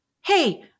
Hey